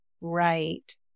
right